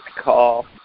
call